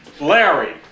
Larry